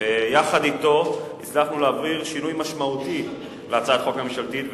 ויחד אתו הצלחנו להעביר שינוי משמעותי בהצעת החוק הממשלתית,